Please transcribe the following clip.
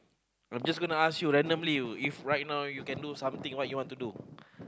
I'm just gonna ask you randomly if right now you can do something what you want to do